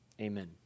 Amen